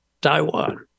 Taiwan